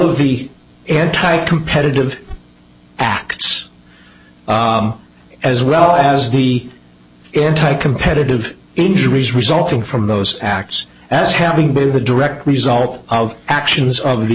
of the anti competitive acts as well as the entire competitive injuries resulting from those acts as having been of a direct result of actions of the